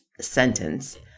sentence